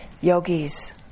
yogis